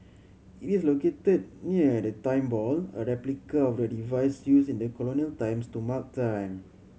it is located near the Time Ball a replica of the device used in colonial times to mark time